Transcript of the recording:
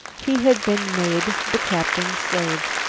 he had been made the captain's slave.